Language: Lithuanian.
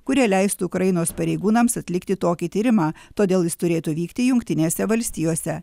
kurie leistų ukrainos pareigūnams atlikti tokį tyrimą todėl jis turėtų vykti jungtinėse valstijose